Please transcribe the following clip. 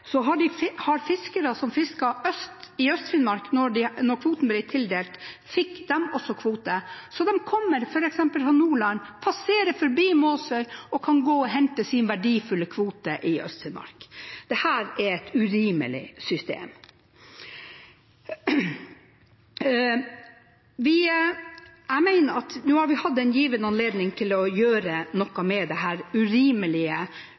Så de kommer f.eks. fra Nordland, passerer forbi Måsøy og kan gå og hente sin verdifulle kvote i Øst-Finnmark. Dette er et urimelig system. Nå har vi hatt en gyllen anledning til å gjøre noe med dette urimelige og urettferdige systemet, og det